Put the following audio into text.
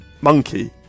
Monkey